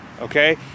Okay